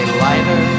lighter